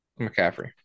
McCaffrey